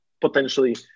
potentially